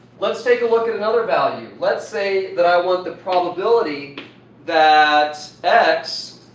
let's take a look at another value. let's say that i want the probability that x